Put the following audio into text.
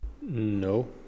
No